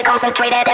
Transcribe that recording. concentrated